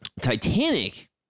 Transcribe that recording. Titanic